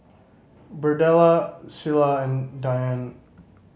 Birdella Cilla and Dyan